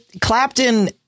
Clapton